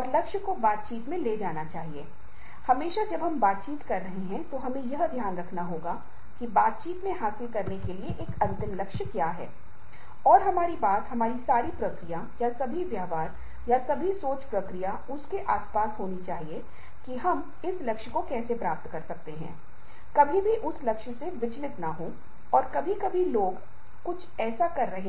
और अगर संतुलन में अगर घर व्यक्तियों के लिए केंद्रीय है तो स्वचालित रूप से यह मानसिक स्वास्थ्य और कल्याण के लिए नेतृत्व करेगा क्योंकि व्यक्ति बच्चों के साथ साथ अपने पति या पत्नी और समुदाय के सदस्यों के साथ अधिक समय